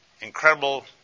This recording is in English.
incredible